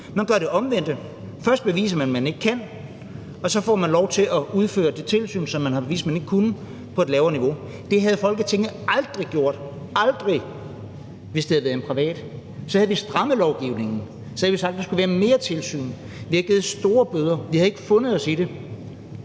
Man gør her det omvendte. Først beviser man, at man ikke kan, og så får man lov til at udføre det tilsyn, som man har bevist at man ikke kunne på et lavere niveau. Det havde Folketinget aldrig – aldrig – gjort, hvis det havde været en privat. Så havde vi strammet lovgivningen, og vi havde sagt, at der skulle være mere tilsyn, vi havde givet store bøder, og vi havde ikke fundet os i det.